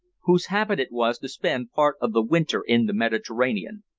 whose habit it was to spend part of the winter in the mediterranean.